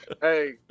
Hey